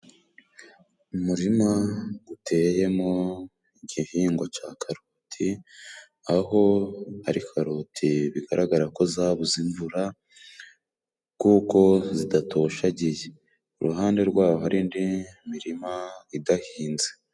Umurima uteyemo igihingwa ca karoti aho ari karoti bigaragara ko zabuze imvura kuko zidatoshagiye, iruhande rwaho hari indi mirima idahinze.